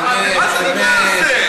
באמת, באמת.